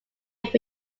which